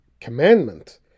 commandment